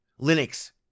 Linux